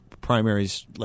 primaries